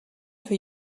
for